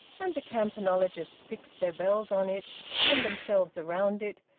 and the campanologists fixed their bells on it and themselves round it,